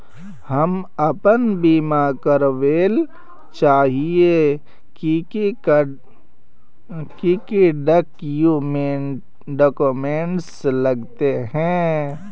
हम अपन बीमा करावेल चाहिए की की डक्यूमेंट्स लगते है?